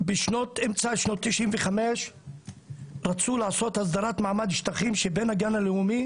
באמצע שנות 1995 רצו לעשות הסדרת מעמד שטחים של בין הגן הלאומי